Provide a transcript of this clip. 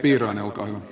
arvoisa puhemies